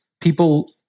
people